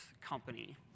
company